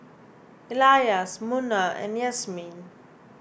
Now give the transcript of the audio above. Elyas Munah and Yasmin